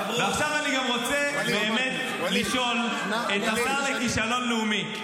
ועכשיו אני גם רוצה באמת לשאול את השר לכישלון לאומי: